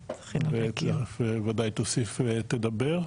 בוודאי תוסיף ותדבר.